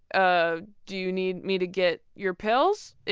ah do you need me to get your pills?